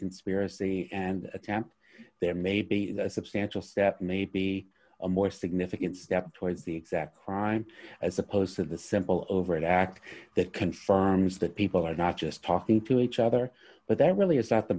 conspiracy and attempt there may be a substantial step may be a more significant step towards the exact crime as opposed to the simple over an act that confirms that people are not just talking to each other but there really is that the